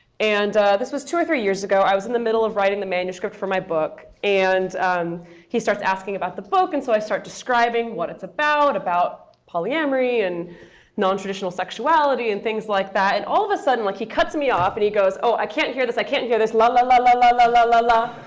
and this was two or three years ago. i was in the middle of writing the manuscript for my book. and he starts asking about the book, and so i start describing what it's about, polyamory, and nontraditional sexuality, and things like that. all of a sudden, like he cuts me off. and he goes, oh, i can't hear this. i can't hear this la, la, la, la, la, la, la, la, la.